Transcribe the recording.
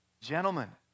gentlemen